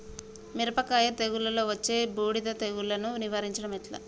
మిరపకాయ తెగుళ్లలో వచ్చే బూడిది తెగుళ్లను నివారించడం ఎట్లా?